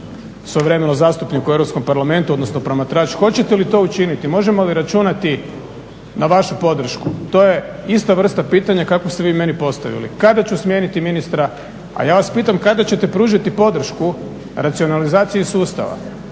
svojevremeno zastupnik u Europskom parlamentu odnosno promatrač. Hoćete li to učiniti? Možemo li računati na vašu podršku. To je ista vrsta pitanja kada ste vi meni postavili. Kada ću smijeniti ministra? A ja vas pitam kada ćete pružiti podršku racionalizaciji sustava